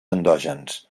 endògens